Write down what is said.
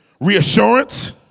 reassurance